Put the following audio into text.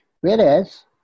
Whereas